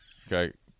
okay